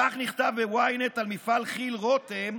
כך נכתב ב-ynet על מפעל כי"ל רותם,